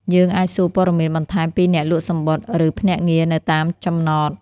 យើងអាចសួរព័ត៌មានបន្ថែមពីអ្នកលក់សំបុត្រ ឬភ្នាក់ងារនៅតាមចំណត។